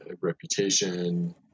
reputation